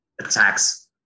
attacks